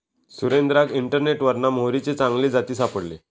सुरेंद्राक इंटरनेटवरना मोहरीचे चांगले जाती सापडले